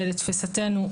לתפיסתנו,